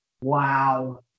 wow